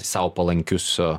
sau palankius